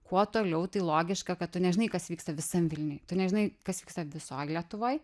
kuo toliau tai logiška kad tu nežinai kas vyksta visam vilniuj tu nežinai kas vyksta visoj lietuvoj